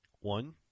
One